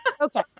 Okay